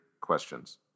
questions